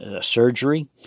surgery